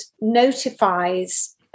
notifies